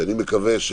שאני מקווה,